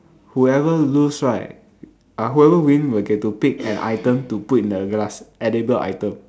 whoever lose right ah whoever win will get to pick an item to put in the glass edible item